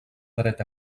dret